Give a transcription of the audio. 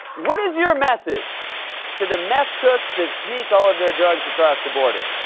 what is your message to the meth cooks that sneak all of their drugs across the border?